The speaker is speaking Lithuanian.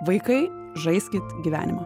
vaikai žaiskit gyvenimą